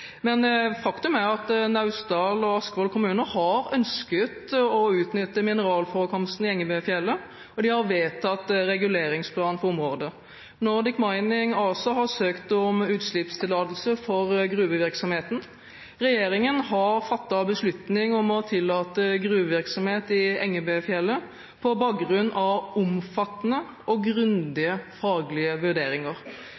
Faktum er at Naustdal og Askvoll kommuner har ønsket å utnytte mineralforekomstene i Engebøfjellet, og de har vedtatt reguleringsplan for området. Nordic Mining ASA har søkt om utslippstillatelse for gruvevirksomheten, og regjeringen har fattet beslutning om å tillate gruvevirksomhet i Engebøfjellet på bakgrunn av omfattende og grundige faglige vurderinger.